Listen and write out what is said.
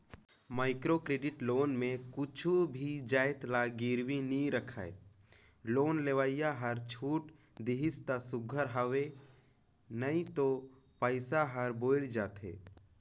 micro credit loan में कुछु भी जाएत ल गिरवी नी राखय लोन लेवइया हर छूट देहिस ता सुग्घर हवे नई तो पइसा हर बुइड़ जाथे